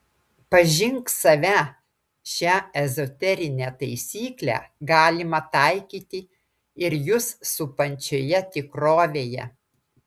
pažink save šią ezoterinę taisyklę galima taikyti ir jus supančioje tikrovėje